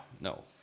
no